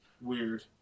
Weird